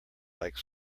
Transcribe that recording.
like